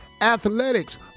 Athletics